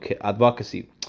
advocacy